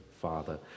Father